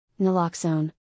Naloxone